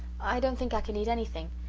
i don't think i can eat anything.